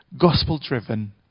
gospel-driven